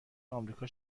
آمریکا